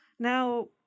Now